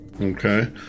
Okay